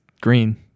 green